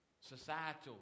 Societal